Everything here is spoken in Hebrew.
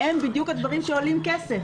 הם בדיוק הדברים שעולים כסף,